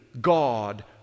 God